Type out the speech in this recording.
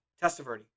Testaverde